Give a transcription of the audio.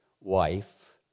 wife